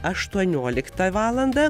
aštuonioliktą valandą